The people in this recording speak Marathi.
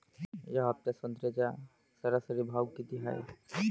या हफ्त्यात संत्र्याचा सरासरी भाव किती हाये?